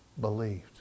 believed